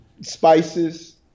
Spices